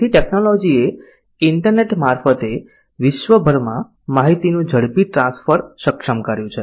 તેથી ટેકનોલોજીએ ઇન્ટરનેટ મારફતે વિશ્વભરમાં માહિતીનું ઝડપી ટ્રાન્સફર સક્ષમ કર્યું છે